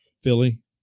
Philly